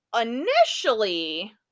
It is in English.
initially